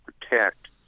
protect